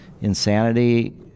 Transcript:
insanity